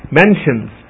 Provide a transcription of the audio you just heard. mentions